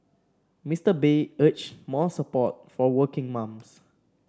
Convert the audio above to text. Mister Bay urged more support for working mums